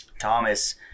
Thomas